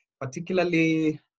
particularly